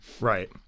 Right